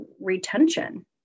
retention